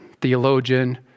theologian